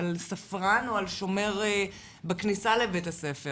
על ספרן או על שומר בכניסה לבית הספר